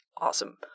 awesome